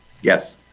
yes